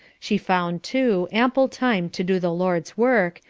she found, too, ample time to do the lord's work,